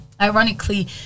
Ironically